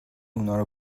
اونارو